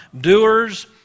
Doers